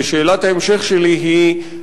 ושאלת ההמשך שלי היא,